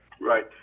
Right